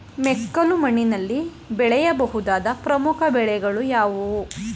ಮೆಕ್ಕಲು ಮಣ್ಣಿನಲ್ಲಿ ಬೆಳೆಯ ಬಹುದಾದ ಪ್ರಮುಖ ಬೆಳೆಗಳು ಯಾವುವು?